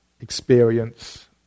experience